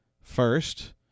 First